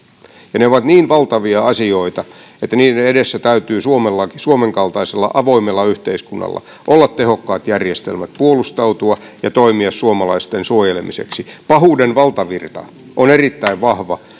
ja ne ovat niin valtavia asioita että niiden edessä täytyy suomen kaltaisella avoimella yhteiskunnalla olla tehokkaat järjestelmät puolustautua ja toimia suomalaisten suojelemiseksi pahuuden valtavirta on erittäin vahva